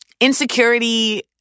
insecurity